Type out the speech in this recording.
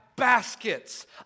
Baskets